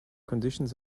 conditions